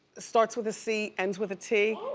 starts with a c, ends with a t?